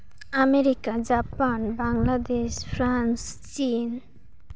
America Japan Bangladesh France ᱪᱤᱱ